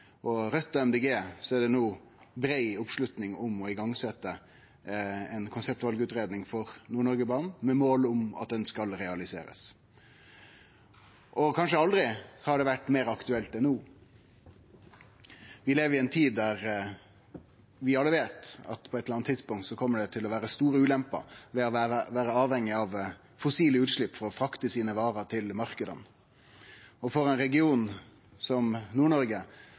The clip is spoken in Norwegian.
MDG, er det no brei oppslutning om å setje i gang konseptvalutgreiing for Nord-Noreg-banen med mål om at han skal realiserast. Kanskje aldri har det vore meir aktuelt enn no. Vi lever i ei tid der vi alle veit at på eit eller anna tidspunkt kjem det til å vere store ulemper ved å vere avhengig av fossile utslepp for å frakte varene sine til marknadene. For ein region som